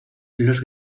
los